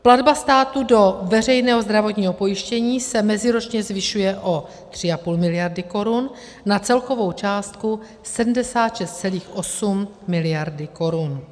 Platba státu do veřejného zdravotního pojištění se meziročně zvyšuje o 3,5 mld. korun na celkovou částku 76,8 mld. korun.